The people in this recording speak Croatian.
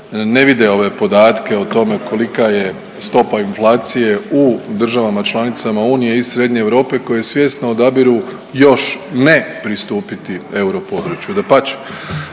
ne vide ove podatke o tome kolika je stopa inflacije u državama članicama Unije i srednje Europe koje svjesno odabiru još ne pristupiti europodručju,